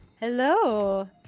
hello